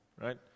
right